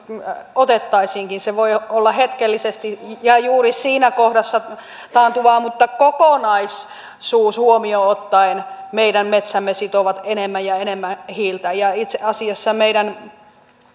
otettaisiinkin se voi olla hetkellisesti ja juuri siinä kohdassa taantuvaa mutta kokonaisuus huomioon ottaen meidän metsämme sitovat enemmän ja enemmän hiiltä itse asiassa meidän